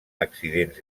accidents